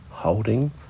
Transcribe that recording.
Holding